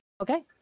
Okay